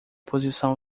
posição